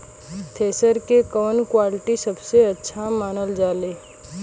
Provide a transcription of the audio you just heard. Thresher के कवन quality सबसे अच्छा मानल जाले?